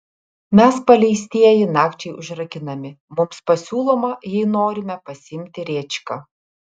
mes paleistieji nakčiai užrakinami mums pasiūloma jei norime pasiimti rėčką